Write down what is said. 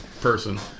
person